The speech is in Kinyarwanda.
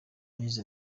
yagize